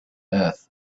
earth